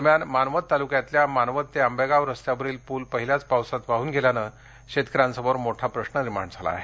दरम्यान मानवत तालुक्यातल्या मानवत ते आंबेगांव रस्त्यावरील पूल पहिल्याच पावसात वाहून गेल्यामुळं शेतकऱ्यांसमोर मोठा प्रश्न निर्माण झाला आहे